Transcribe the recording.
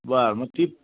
बरं मग ती